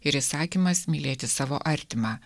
ir įsakymas mylėti savo artimą